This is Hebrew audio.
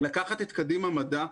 לקחת את קדימה מדע,